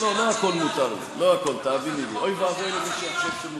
מותר לך הכול, אבל על השאלות שלי לא ענית.